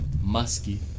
Musky